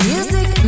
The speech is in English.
Music